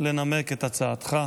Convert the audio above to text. לנמק את הצעתך.